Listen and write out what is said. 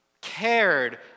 cared